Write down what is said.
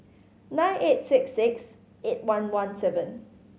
nine eight six six eight one one seven